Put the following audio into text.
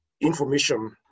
information